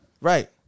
right